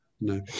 no